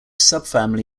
subfamily